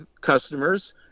customers